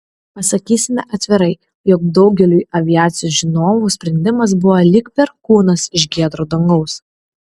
pasakysime atvirai jog daugeliui aviacijos žinovų sprendimas buvo lyg perkūnas iš giedro dangaus